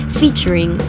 featuring